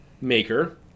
maker